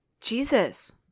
Jesus